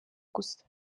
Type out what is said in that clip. gusa